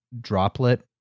droplet